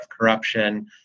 corruption